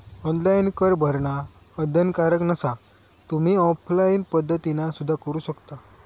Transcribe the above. online कर भरणा बंधनकारक नसा, तुम्ही ऑफलाइन पद्धतीना सुद्धा करू शकता